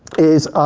is